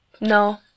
no